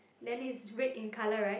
and it's red in color right